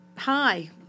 hi